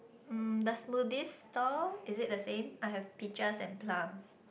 mm the smoothies store is it the same I have peaches and plum